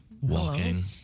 Walking